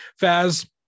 Faz